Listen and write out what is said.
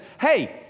hey